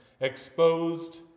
exposed